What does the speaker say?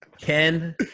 Ken